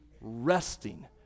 resting